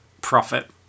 profit